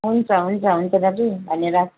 हुन्छ हुन्छ हुन्छ दाजु धन्यवाद